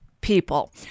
people